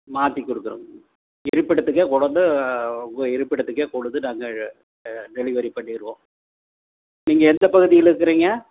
மாற்றி கொடுத்துருவோம் இருப்பிடத்துக்கே கொண்டு வந்து உங்கள் இருப்பிடத்துக்கே கொண்டு வந்து நாங்கள் டெலிவரி பண்ணிடுவோம் நீங்கள் எந்த பகுதியில் இருக்கிறீங்க